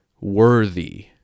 worthy